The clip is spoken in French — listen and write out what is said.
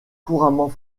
couramment